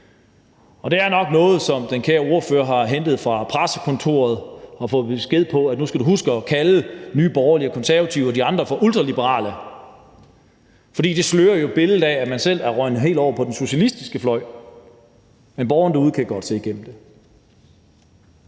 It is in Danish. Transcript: Det er nok noget, som den kære ordfører har hentet fra pressekontoret, og han har nok fået besked på at huske at kalde Nye Borgerlige og Konservative og de andre for ultraliberale, for det slører jo billedet af, at man selv er røget helt over på den socialistiske fløj. Men borgerne derude kan godt gennemskue